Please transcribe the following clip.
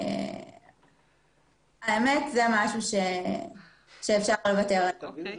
זה משהו שאפשר לוותר עליו.